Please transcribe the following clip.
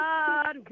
God